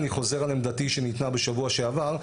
אני חוזר על עמדתי שניתנה בשבוע שעבר,